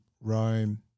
Rome